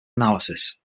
analysis